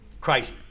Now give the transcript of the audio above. crazy